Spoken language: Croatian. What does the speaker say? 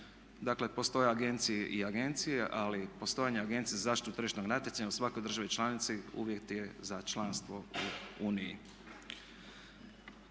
Dakle, postoje agencije i agencije, ali postojanje Agencije za zaštitu tržišnog natjecanja u svakoj državi članici uvjet je za članstvo u Uniji.